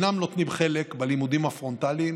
כבר תקופה ארוכה אינם נוטלים חלק בלימודים הפרונטליים,